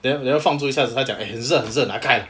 then 你要放住一下子她讲很热很热拿开 lah